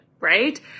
right